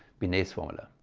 binet's formula.